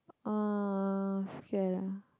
uh scared ah